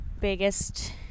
biggest